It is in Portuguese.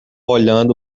olhando